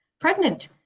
pregnant